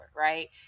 right